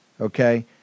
okay